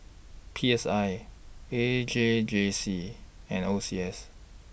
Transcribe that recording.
P S I A J G C and O C S